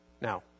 Now